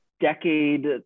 decade